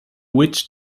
witch